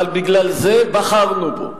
אבל בגלל זה בחרנו בו,